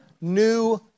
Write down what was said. new